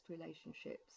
relationships